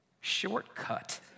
shortcut